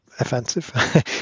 offensive